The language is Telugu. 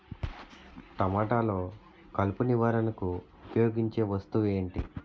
టమాటాలో కలుపు నివారణకు ఉపయోగించే వస్తువు ఏంటి?